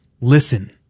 listen